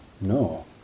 no